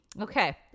okay